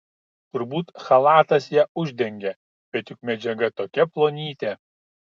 turbūt chalatas ją uždengė bet juk medžiaga tokia plonytė